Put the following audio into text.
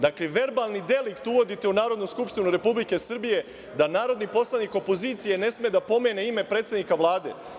Dakle, verbalni delikt uvodite u Narodnu skupštinu Republike Srbije da narodni poslanik opozicije ne sme da pomene ime predsednika Vlade.